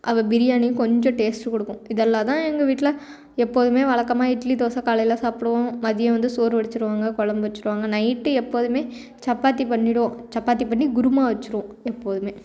அப்போ பிரியாணி கொஞ்சம் டேஸ்ட் கொடுக்கும் இது எல்லாம் தான் எங்கள் வீட்டில எப்போதுமே வழக்கமா இட்லி தோசை காலையில் சாப்பிடுவோம் மதியம் வந்து சோறு வடிச்சிடுவாங்க கொழம்பு வச்சிடுவாங்க நைட் எப்போதுமே சப்பாத்தி பண்ணிடுவோம் சப்பாத்தி பண்ணி குருமா வச்சிடுவோம் எப்போதுமே